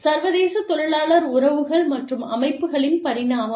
சர்வதேச தொழிலாளர் உறவுகள் மற்றும் அமைப்புகளின் பரிணாமம்